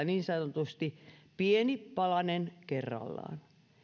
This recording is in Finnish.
niin sanotusti pieni palanen kerrallaan